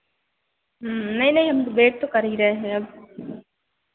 नहीं नहीं हम तो वेट तो कर ही रहे हैं अब